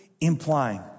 implying